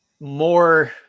more